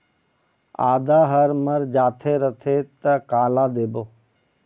आदा हर मर जाथे रथे त काला देबो?